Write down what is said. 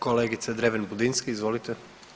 Kolegica Dreven Budinski, izvolite.